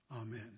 Amen